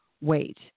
wait